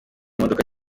imodoka